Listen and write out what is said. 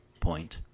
Point